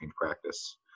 practice